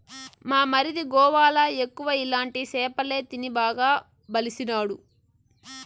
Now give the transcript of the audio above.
మా మరిది గోవాల ఎక్కువ ఇలాంటి సేపలే తిని బాగా బలిసినాడు